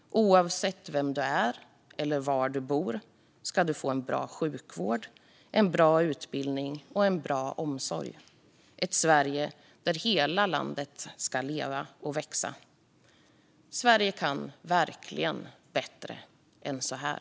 Oavsett vem du är och var du bor ska du få en bra sjukvård, en bra utbildning och en bra omsorg. Hela landet ska leva och växa. Sverige kan verkligen bättre än så här!